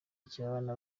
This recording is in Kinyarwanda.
ikibaba